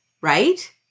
right